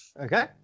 Okay